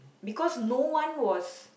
because no one was